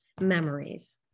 memories